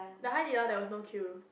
the Hai-Di-Lao there was no queue